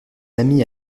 amis